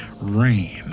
Rain